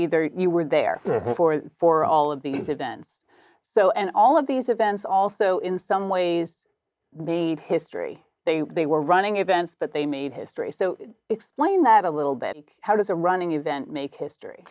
either you were there before for all of these events though and all of these events also in some ways made history they were running events but they made history so explain that a little bit how does a running event make history